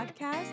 Podcast